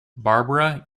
barbara